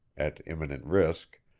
at imminent risk,